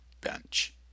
bench